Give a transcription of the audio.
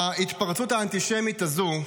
ההתפרצות האנטישמית הזו,